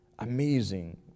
Amazing